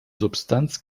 substanz